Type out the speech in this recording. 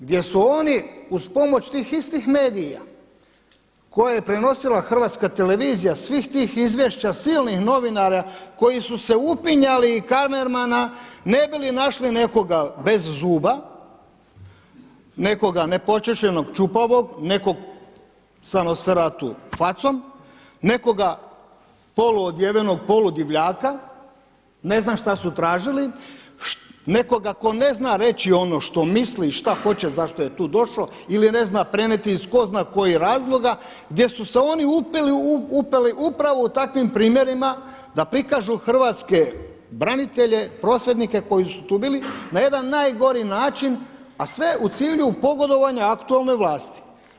Gdje su oni uz pomoć tih istih medija koje je prenosila HRT svih tih izvješća silnih novinara koji su se upinjali i kamermana ne bi li našli nekoga bez zuba, nekoga nepočešljanog, čupavog, nekoga … facom, nekoga polu odjevenog, polu divljaka, ne znam šta su tražili, nekoga tko ne zna reći ono što misli i šta hoće i zašto je tu došao ili ne zna prenijeti iz tko zna kojih razloga, gdje su se oni upeli upravo u takvim primjerima da prikažu hrvatske branitelje, prosvjednike koji su tu bili na jedan najgori način a sve u cilju pogodovanja aktualne vlasti.